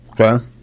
Okay